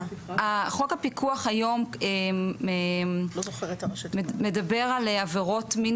חוק הפיקוח היום מדבר על עבירות מין